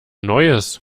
neues